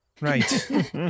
Right